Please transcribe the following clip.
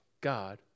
God